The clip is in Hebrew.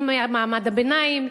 עם מעמד הביניים,